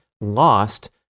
lost